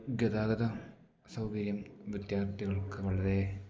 ഗതാഗത സൗകര്യം വിദ്യാർഥികൾക്ക് വളരെ